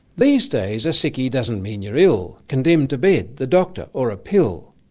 these days a sickie doesn't mean you're ill condemned to bed, the doctor or a pill.